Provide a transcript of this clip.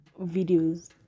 videos